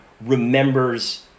remembers